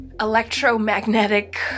electromagnetic